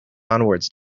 onwards